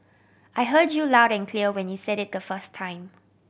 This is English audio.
I heard you loud and clear when you said it the first time